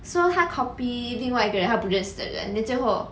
so 他 copy 另外个人他不认识的人 then 最后